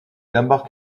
embarque